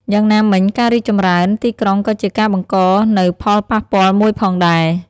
យ៉ាងណាមិញការរីកចម្រើនទីក្រុងក៏ជាការបង្កនូវផលប៉ះពាល់មួយផងដែរ។